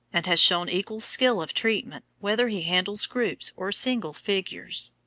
and has shown equal skill of treatment, whether he handles groups or single figures.